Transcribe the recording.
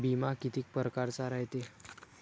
बिमा कितीक परकारचा रायते?